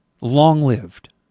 Long-lived